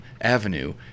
avenue